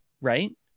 right